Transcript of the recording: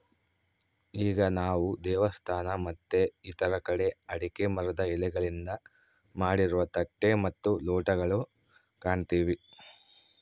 ಈಗ ನಾವು ದೇವಸ್ಥಾನ ಮತ್ತೆ ಇತರ ಕಡೆ ಅಡಿಕೆ ಮರದ ಎಲೆಗಳಿಂದ ಮಾಡಿರುವ ತಟ್ಟೆ ಮತ್ತು ಲೋಟಗಳು ಕಾಣ್ತಿವಿ